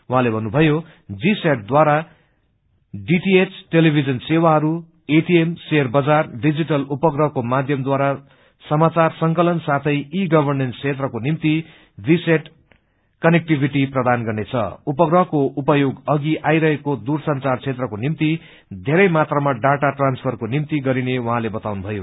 उहाँले भन्नुभयो जीसैट द्वारा डम्टिएच टेलिभिजन सेवाहरूएटिएम शेयर बजार डिजिटल उपग्रहको माध्यमद्वारा सामाचार संकलन साथै ई गवर्नेन्स द्वोत्रको निम्ति विसेट कोक्टिविटी आईरहेको दूरसंचार क्षेत्रको निम्ति धेरै मात्रामा डाटा ट्रान्सफरको निम्ति गरिने उाहाँले बाताउनुभयो